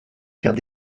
faire